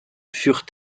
furent